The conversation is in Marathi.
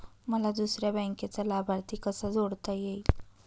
मला दुसऱ्या बँकेचा लाभार्थी कसा जोडता येईल?